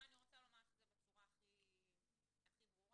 אני רוצה לומר לך את זה בצורה הכי ברורה.